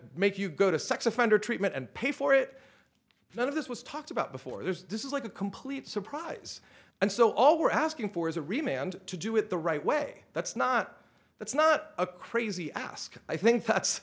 make you go to sex offender treatment and pay for it none of this was talked about before there's this is like a complete surprise and so all we're asking for is a remain and to do it the right way that's not that's not a crazy ask i think that